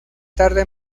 tarde